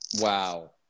Wow